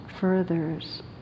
furthers